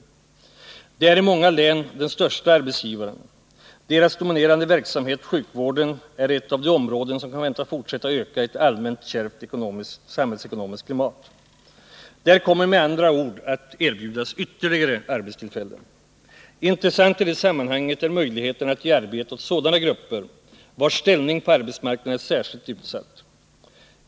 De är i många län den största arbetsgivaren. Deras dominerande verksamhet, sjukvården, är ett av de områden som kan väntas fortsätta att öka i ett allmänt kärvt samhällsekonomiskt klimat. Där kommer med andra ord att erbjudas ytterligare arbetstillfällen. Intressant i det sammanhanget är möjligheterna att ge arbete åt sådana grupper vilkas ställning på arbetsmarknaden är särskilt utsatt.